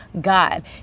God